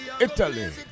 Italy